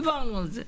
דיברנו על זה.